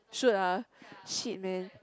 should ah shit man